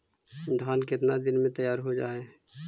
धान केतना दिन में तैयार हो जाय है?